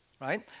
Right